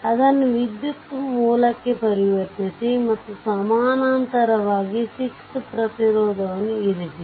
ಅದನ್ನು ವಿದ್ಯುತ್ ಮೂಲಕ್ಕೆ ಪರಿವರ್ತಿಸಿ ಮತ್ತು ಸಮಾನಾಂತರವಾಗಿ 6 ಪ್ರತಿರೋಧವನ್ನು ಇರಿಸಿ